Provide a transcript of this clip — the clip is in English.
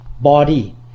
body